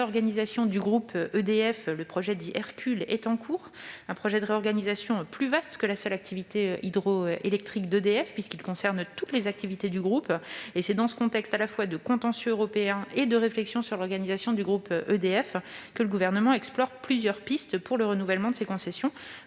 sur la réorganisation du groupe EDF, projet dit « Hercule », est en cours. Ce projet de réorganisation est plus vaste que la seule activité hydroélectrique d'EDF puisqu'il concerne toutes les activités du groupe. C'est dans ce contexte de contentieux européen et de réflexion sur l'organisation du groupe EDF que le Gouvernement explore plusieurs scénarios pour le renouvellement des concessions,